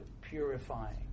purifying